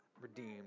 redeemed